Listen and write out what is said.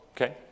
okay